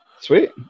Sweet